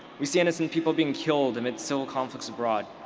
we see innocent people being killed amidst civil conflicts abroad.